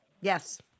Yes